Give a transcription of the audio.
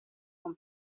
con